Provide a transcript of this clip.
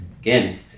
Again